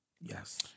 Yes